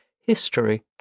history